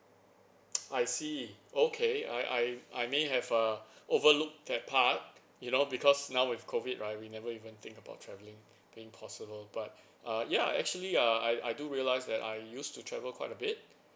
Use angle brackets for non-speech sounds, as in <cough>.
<noise> I see okay I I I may have err overlook that part you know because now with COVID right we never even think about travelling being possible but uh ya actually uh I I do realised that I used to travel quite a bit